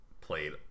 played